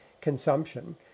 consumption